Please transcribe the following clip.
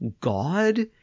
god